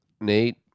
Nate